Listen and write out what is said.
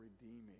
redeeming